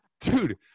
Dude